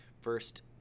First